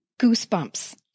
goosebumps